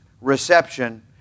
reception